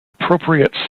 appropriate